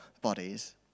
bodies